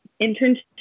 internship